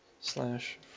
Slash